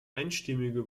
einstimmige